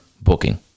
booking